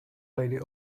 lady